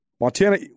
Montana